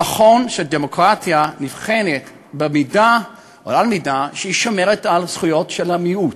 נכון שדמוקרטיה נבחנת במידה שהיא שומרת על הזכויות של המיעוט,